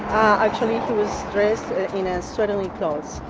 actually he was dressed in and swaddling clothes.